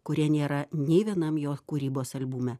kurie nėra nei vienam jo kūrybos albume